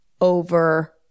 over